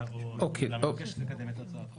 או הממשלה מבקשת לקדם את הצעת החוק.